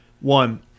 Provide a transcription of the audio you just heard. One